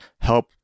help